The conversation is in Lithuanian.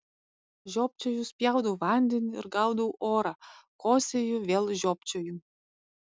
žiopčioju spjaudau vandenį ir gaudau orą kosėju vėl žiopčioju